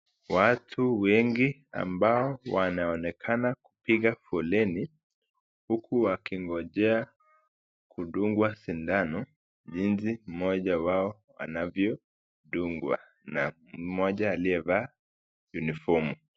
Watu wengi ambao wanaonekana kupiga foleni huku wakingojea kudungwa sindano jinsi mmoja wao anavyodungwa na mmoja aliyevaa uniformu .